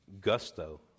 gusto